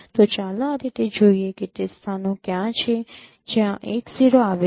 તો ચાલો આ રીતે જોઈએ કે તે સ્થાનો કયા છે જ્યાં 1 0 આવે છે